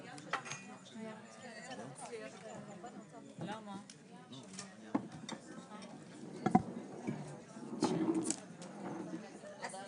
11:18.